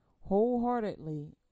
wholeheartedly